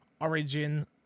Origin